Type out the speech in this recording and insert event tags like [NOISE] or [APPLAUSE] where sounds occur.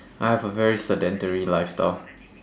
[BREATH] I have a very sedentary lifestyle